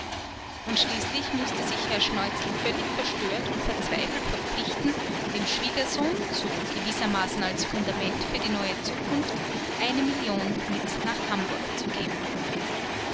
und schließlich mußte sich herr schneuzel völlig verstört und verzweifelt verpflichten dem schwiegersohn so gewissermaßen als fundament für die neue zukunft eine million mit nach hamburg zu geben